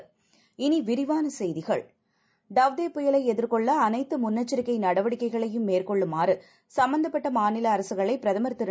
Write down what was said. இனிவிரிவானசெய்திகள் டவ்தேபுயலைஎதிர்கொள்ளஅனைத்துமுன்னெச்சரிக்கைநடவடிக்கைக ளையும்மேற்கொள்ளுமாறுசம்பந்தப்பட்டமாநிலஅரசுகளைபிரதமா்திரு